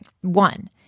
One